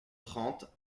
trente